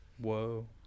Whoa